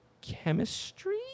chemistry